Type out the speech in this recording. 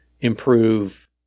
improve